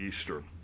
Easter